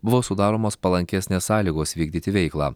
buvo sudaromos palankesnės sąlygos vykdyti veiklą